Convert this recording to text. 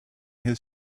his